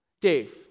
Dave